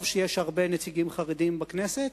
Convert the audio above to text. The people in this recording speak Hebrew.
טוב שיש הרבה נציגים חרדים בכנסת.